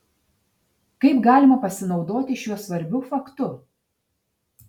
kaip galima pasinaudoti šiuo svarbiu faktu